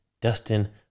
Dustin